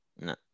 No